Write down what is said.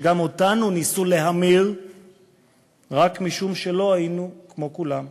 שגם אותנו ניסו להמיר רק משום שלא היינו כמו כולם.